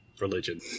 religion